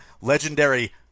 legendary